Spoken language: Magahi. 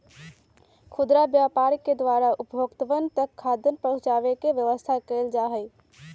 खुदरा व्यापार के द्वारा उपभोक्तावन तक खाद्यान्न पहुंचावे के व्यवस्था कइल जाहई